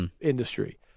industry